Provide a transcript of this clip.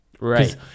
Right